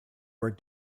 were